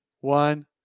one